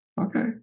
okay